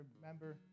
remember